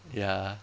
ya